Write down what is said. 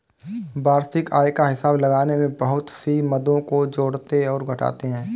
वार्षिक आय का हिसाब लगाने में बहुत सी मदों को जोड़ते और घटाते है